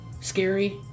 scary